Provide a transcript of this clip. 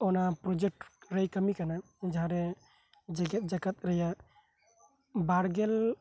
ᱚᱱᱟ ᱯᱨᱚᱡᱮᱠᱴ ᱨᱮᱭ ᱠᱟᱹᱢᱤ ᱠᱟᱱᱟ ᱡᱟᱦᱟᱸᱨᱮ ᱡᱮᱜᱮᱫ ᱡᱟᱠᱟᱛ ᱨᱮᱭᱟᱜ ᱵᱟᱨᱜᱮᱞ